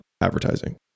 advertising